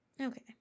Okay